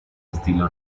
estilo